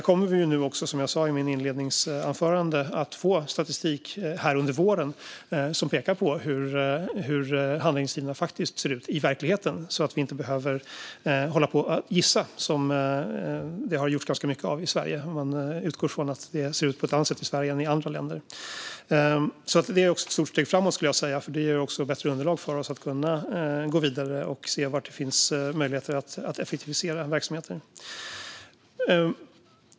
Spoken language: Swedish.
Som jag sa i mitt inledningsanförande kommer vi att få statistik under våren som ska peka på hur handläggningstiderna ser ut i verkligheten, så att vi inte behöver gissa - vilket det har varit mycket av i Sverige. Man utgår från att det ser ut på ett annat sätt i Sverige än i andra länder. Det är ett stort steg framåt eftersom det ger bättre underlag för oss att gå vidare och se var det finns möjligheter att effektivisera verksamheter.